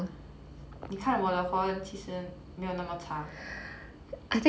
你看我的华文其实没有那么差